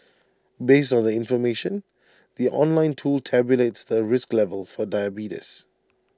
based on the information the online tool tabulates the risk level for diabetes